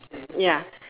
ya